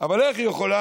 אבל איך יכולה